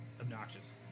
obnoxious